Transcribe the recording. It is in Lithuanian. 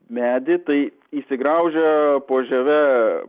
medį tai įsigraužia po žieve